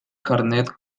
carnet